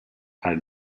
are